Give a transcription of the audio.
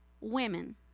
women